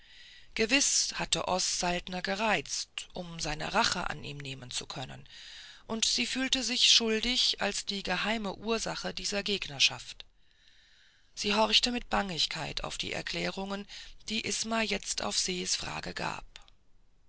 gewiß hatte oß saltner gereizt um seine rache an ihm nehmen zu können und sie fühlte sich schuldig als die geheime ursache dieser gegnerschaft sie horchte mit bangigkeit auf die erklärungen die isma jetzt auf ses frage gab